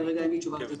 כרגע אין לי תשובה.